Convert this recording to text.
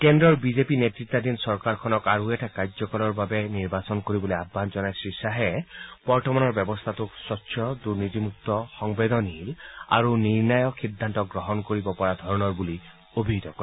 কেন্দ্ৰৰ বিজেপি নেতৃতাধীন চৰকাৰখনক আৰু এটা কাৰ্যকালৰ বাবে নিৰ্বাচন কৰিবলৈ আহান জনাই শ্ৰীশ্বাহে বৰ্তমানৰ ব্যৱস্থাটোক স্বছ্ দুৰ্নীতিমুক্ত সংবেদনশীল আৰু নিৰ্ণায়ক সিদ্ধান্ত গ্ৰহণ কৰিব পৰা ধৰণৰ বুলি অভিহিত কৰে